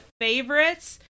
favorites